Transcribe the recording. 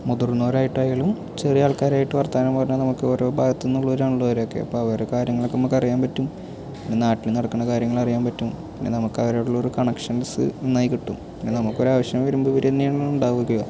മുതിർന്നവർ ആയിട്ടായാലും ചെറിയ ആൾക്കാരായിട്ട് വർത്തമാനം പറഞ്ഞാൽ നമുക്ക് ഓരോ ഭാഗത്ത് നിന്നുള്ളവരാണല്ലോ അവരൊക്കെ അപ്പം അവരെ കാര്യങ്ങളൊക്കെ നമുക്ക് അറിയാൻ പറ്റും പിന്നെ നാട്ടിൽ നടക്കുന്ന കാര്യങ്ങളറിയാൻ പറ്റും പിന്നെ നമുക്ക് അവരോടുള്ള ഒരു കണക്ഷൻസ്സ് നന്നായി കിട്ടും പിന്നെ നമുക്ക് ഒരു ആവശ്യം വരുമ്പോൾ ഇവർ തന്നെയാണ് ഉണ്ടാവുക